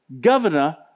Governor